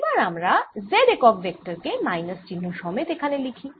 এবার আমরা z একক ভেক্টর কে মাইনাস চিহ্ন সমেত এখানে লিখি